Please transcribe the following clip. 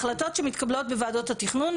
החלטות שמתקבלות בוועדות התכנון,